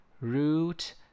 Root